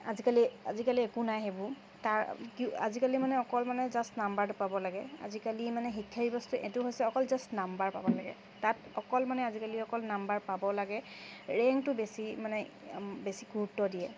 আজিকালি আজিকালি একো নাই সেইবোৰ তাৰ আজিকালি মানে অকল মানে জাষ্ট নাম্বাৰটো পাব লাগে আজিকালি মানে শিক্ষা ব্যৱস্থাটো এইটো হৈছে অকল জাষ্ট নাম্বাৰ পাব লাগে তাত অকল মানে আজিকালি অকল মানে নাম্বাৰ পাব লাগে ৰেংকটো বেছি মানে বেছি গুৰুত্ব দিয়ে